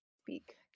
speak